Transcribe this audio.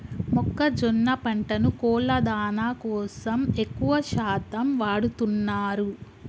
మొక్కజొన్న పంటను కోళ్ళ దానా కోసం ఎక్కువ శాతం వాడుతున్నారు